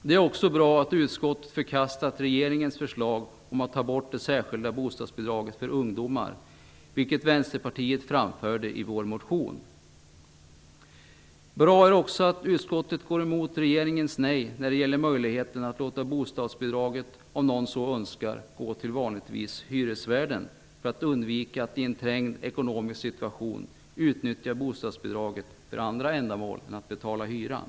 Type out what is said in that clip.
Det är också bra att utskottet förkastat regeringens förslag om att ta bort det särskilda bostadsbidraget för ungdomar, vilket Vänsterpartiet framförde i en motion. Bra är också att utskottet går emot regeringens nej när det gäller möjligheten att låta bostadsbidraget, om någon så önskar, gå till vanligtvis hyresvärden, för att undvika att man i en trängd ekonomisk situation utnyttjar bostadsbidraget för andra ändamål än att betala hyran.